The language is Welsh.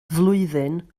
flwyddyn